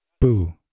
Boo